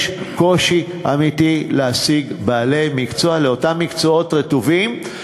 יש קושי אמיתי להשיג בעלי מקצוע באותם מקצועות רטובים,